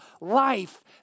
life